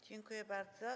Dziękuję bardzo.